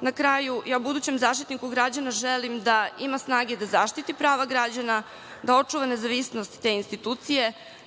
na kraju da budućem Zaštitniku građana želim da ima snage da zaštiti prava građana, da očuva nezavisnost te institucije…(Balša